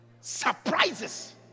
Surprises